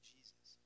Jesus